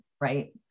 right